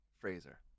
Fraser